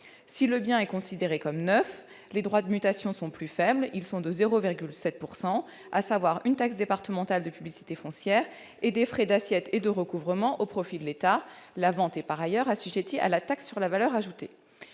Si le bien est considéré comme neuf, les droits de mutation sont plus faibles, à hauteur de 0,7 %, recouvrant la taxe départementale de publicité foncière et les frais d'assiette et de recouvrement au profit de l'État. La vente est par ailleurs assujettie à la taxe sur la valeur ajoutée.